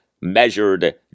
measured